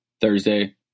Thursday